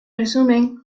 resumen